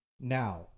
Now